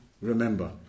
remember